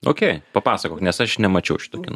okei papasakok nes aš nemačiau šitų kinų